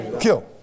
Kill